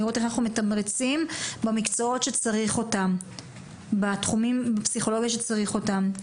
לראות איך אנחנו מתמרצים בתחומים בפסיכולוגיה שצריך אותם.